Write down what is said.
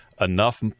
enough